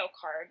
card